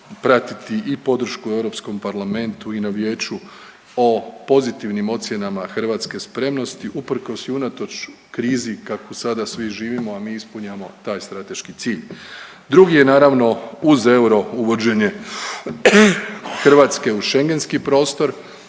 pratiti i podršku u Europskom parlamentu i na Vijeću o pozitivnim ocjenama hrvatske spremnosti uprkos i unatoč krizi kakvu sada svi živimo, a mi ispunjavamo taj strateški cilj. Drugi je naravno uz euro uvođenje Hrvatske u Schengenski prostor.